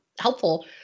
helpful